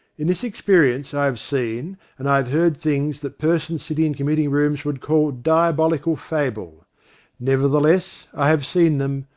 in this experience i have seen and i have heard things that persons sitting in committee-rooms would call diabolical fable never theless, i have seen them,